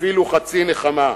אפילו חצי נחמה.